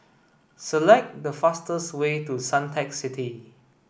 select the fastest way to Suntec City